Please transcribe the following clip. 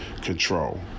control